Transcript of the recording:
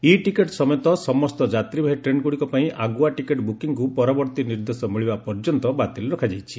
ଇ ticket ସମେତ ସମସ୍ତ ଯାତ୍ରୀବାହୀ ଟ୍ରେନ୍ଗୁଡ଼ିକ ପାଇଁ ଆଗୁଆ ଟିକେଟ୍ ବୁକିଂକୁ ପରବର୍ତ୍ତୀ ନିର୍ଦ୍ଦେଶ ମିଳିବା ପର୍ଯ୍ୟନ୍ତ ବାତିଲ୍ ରଖାଯାଇଛି